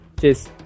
Cheers